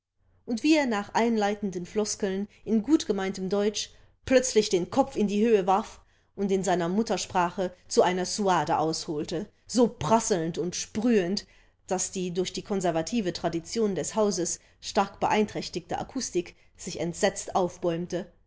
und wie er nach einleitenden floskeln in gutgemeintem deutsch plötzlich den kopf in die höhe warf und in seiner muttersprache zu einer suade ausholte so prasselnd und sprühend daß die durch die konservative tradition des hauses stark beeinträchtigte akustik sich entsetzt aufbäumte